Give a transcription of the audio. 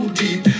deep